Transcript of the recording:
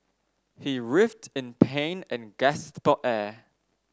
he writhed in pain and gasped for air